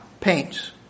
paints